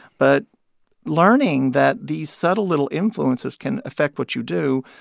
but learning that these subtle little influences can affect what you do